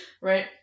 Right